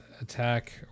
attack